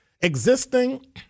existing